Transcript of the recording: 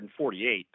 148